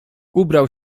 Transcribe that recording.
ubrał